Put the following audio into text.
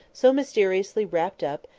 so mysteriously wrapped up,